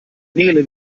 nele